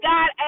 God